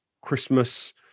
Christmas